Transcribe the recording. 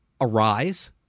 arise